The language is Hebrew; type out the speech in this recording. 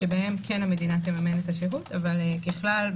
שבהם כן המדינה תממן את השהות אבל ככלל,